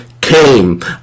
came